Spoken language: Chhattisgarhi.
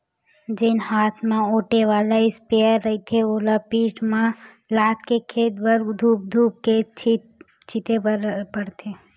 जेन हात म ओटे वाला इस्पेयर रहिथे ओला पीठ म लादके खेत भर धूम धूम के छिते बर परथे